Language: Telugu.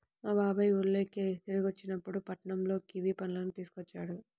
మా బాబాయ్ ఊరికెళ్ళి తిరిగొచ్చేటప్పుడు పట్నంలో కివీ పళ్ళను తీసుకొచ్చాడు